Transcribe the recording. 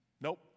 Nope